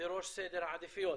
בראש סדר העדיפויות.